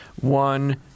One